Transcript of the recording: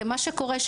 מה שקורה,